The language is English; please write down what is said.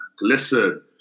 Listen